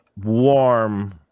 warm